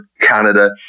Canada